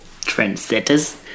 trendsetters